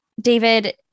David